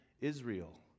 Israel